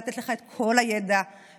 לתת לך את כל הידע שנמצא,